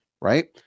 right